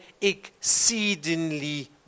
exceedingly